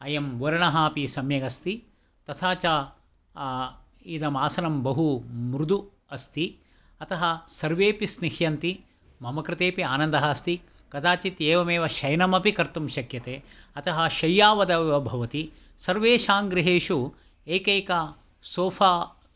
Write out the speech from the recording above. अयं वर्णः अपि सम्यगस्ति तथा च इदम् आसनं बहु मृदु अस्ति अतः सर्वेपि स्निह्यन्ति मम कृतेपि आनन्दः अस्ति कदाचित् एवमेव शयनमपि कर्तुं शक्यते अतः शय्यावदेव भवति सर्वेषाङ्गृहेषु एकैक सोफ़ा